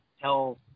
tell